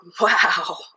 wow